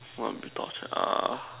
!wah! a torture err